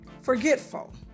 forgetful